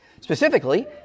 Specifically